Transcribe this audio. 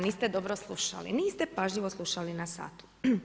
Niste dobro slušali, niste pažljivo slušali na satu.